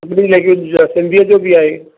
सिंधीअ जो ॿि आहे